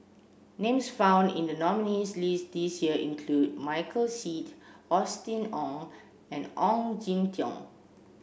names found in the nominees' list this year include Michael Seet Austen Ong and Ong Jin Teong